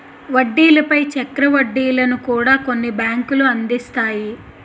వడ్డీల పై చక్ర వడ్డీలను కూడా కొన్ని బ్యాంకులు అందిస్తాయి